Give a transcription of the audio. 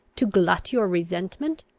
to glut your resentment?